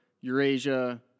Eurasia